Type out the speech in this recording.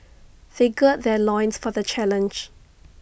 they gird their loins for the challenge